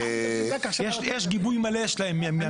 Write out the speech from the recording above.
יש גיבוי מלא שלהם מהמשרד.